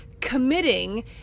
committing